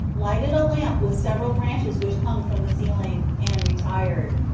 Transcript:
lighted a lamp with several branches which hung from the ceiling, and retired.